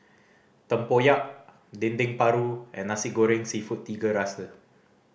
tempoyak Dendeng Paru and Nasi Goreng Seafood Tiga Rasa